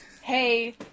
hey